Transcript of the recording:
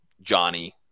Johnny